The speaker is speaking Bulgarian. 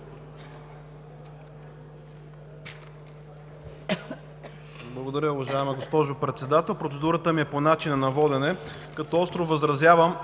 Благодаря, уважаема госпожо Председател. Процедурата ми е по начина на водене, като остро възразявам